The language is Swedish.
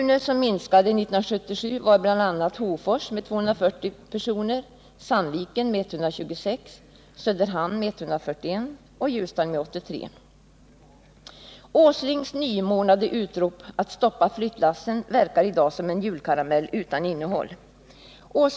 Nils Åslings nymornade utrop att man skall stoppa flyttlassen verkar i dag som en julkaramell utan innehåll.